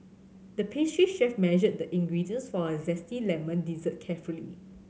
the pastry chef measured the ingredients for a zesty lemon dessert carefully